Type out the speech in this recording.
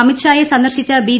അമിത്ഷായെസന്ദർശിച്ച B